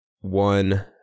One